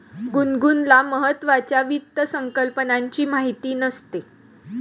गुनगुनला महत्त्वाच्या वित्त संकल्पनांची माहिती नसते